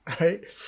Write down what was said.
right